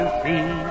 see